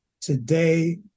Today